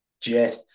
jet